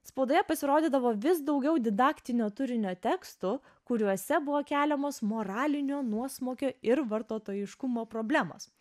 spaudoje pasirodydavo vis daugiau didaktinio turinio tekstų kuriuose buvo keliamos moralinio nuosmukio ir vartotojiškumo problemos